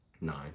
Nine